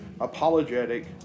Apologetic